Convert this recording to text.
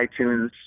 iTunes